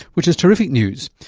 which is terrific news,